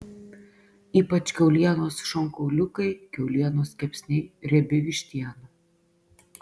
ypač kiaulienos šonkauliukai kiaulienos kepsniai riebi vištiena